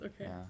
Okay